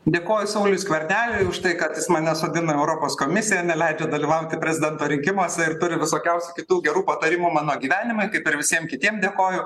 dėkoju sauliui skverneliui už tai kad jis mane sodina į europos komisiją neleidžia dalyvauti prezidento rinkimuose ir turi visokiausių kitų gerų patarimų mano gyvenimui kaip ir visiem kitiem dėkoju